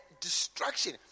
destruction